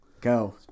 Go